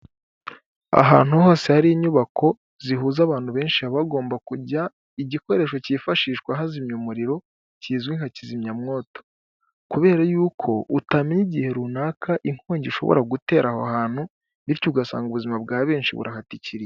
Ahantu hose hari inyubako zihuza abantu benshi, haba hagomba kujya igikoresho cyifashishwa hazimya umuriro kizwi nka kizimyamwoto, kubera y'uko utamenya igihe runaka inkongi ishobora gutera aho hantu, bityo ugasanga ubuzima bwa benshi burahatikiriye.